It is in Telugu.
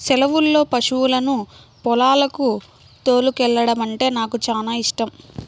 సెలవుల్లో పశువులను పొలాలకు తోలుకెల్లడమంటే నాకు చానా యిష్టం